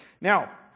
Now